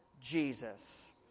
Jesus